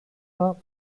war